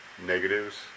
Negatives